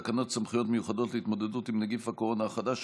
לקריאה שנייה ולקריאה שלישית,